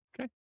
Okay